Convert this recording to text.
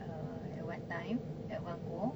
uh at one time at one go